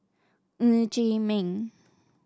Ng Chee Meng